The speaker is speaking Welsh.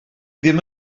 ddim